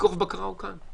הפיקוח והבקרה הם כאן.